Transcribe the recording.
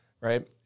Right